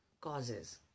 causes